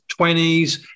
20s